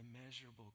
immeasurable